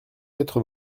quatre